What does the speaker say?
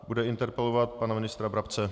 Bude interpelovat pana ministra Brabce.